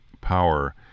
power